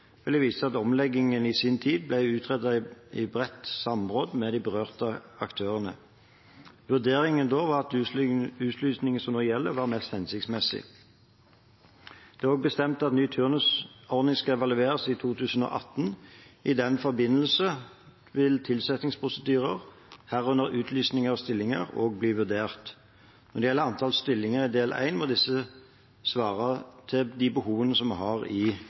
vil det også være mulighet til å benytte erfaringer fra første fase med del 1. Når det gjelder forslaget om å endre rutinene for fordeling av turnusplasser, viser det seg at omleggingen i sin tid ble utredet i bredt samråd med de berørte aktørene. Vurderingen da var at utlysningen som nå gjelder, var mest hensiktsmessig. Det er også bestemt at ny turnusordning skal evalueres i 2018. I den forbindelse vil tilsettingsprosedyrer, herunder utlysning av stillinger, også bli vurdert. Når det